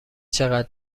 چقدر